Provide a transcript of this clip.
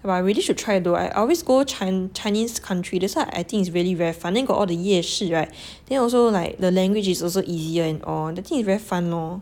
but I really should try though I I always go chi~ chinese country that's why I think it's really very fun then got all the 夜市 right then also like the language is also easier and all the thing is very fun lor